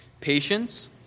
Patience